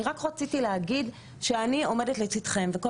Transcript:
אני רק רציתי להגיד שאני עומדת לצדכם וכל